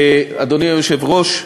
1 3. אדוני היושב-ראש,